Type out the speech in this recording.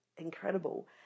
incredible